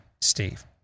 Steve